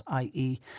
ie